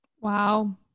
wow